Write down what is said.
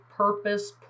Purpose